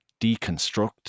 deconstruct